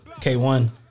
K1